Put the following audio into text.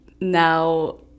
now